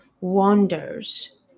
wanders